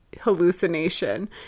hallucination